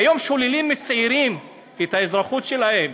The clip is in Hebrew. והיום שוללים מצעירים את האזרחות שלהם.